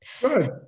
Good